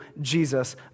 Jesus